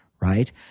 right